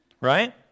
right